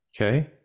Okay